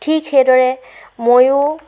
ঠিক সেইদৰে ময়ো